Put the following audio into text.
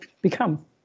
become